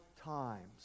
times